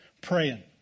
praying